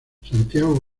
santiago